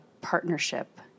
partnership